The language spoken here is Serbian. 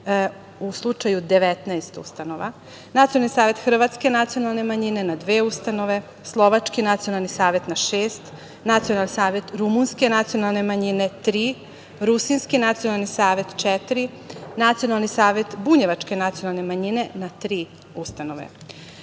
u slučaju 19 ustanova, Nacionalni savet hrvatske nacionalne manjine na dve ustanove, Slovački nacionalni savet na šest, Nacionalni savet rumunske nacionalne manjine tri, Rusinski nacionalni savet četiri, Nacionalni savet bunjevačke nacionalne manjine na tri ustanove. Šta